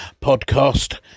podcast